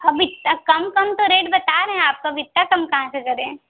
अभी कम कम तो रेट बता रहे हैं आपको अब इतना कम कहाँ से करें